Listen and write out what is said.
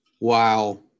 Wow